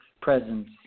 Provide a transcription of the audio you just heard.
presence